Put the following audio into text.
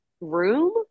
room